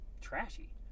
trashy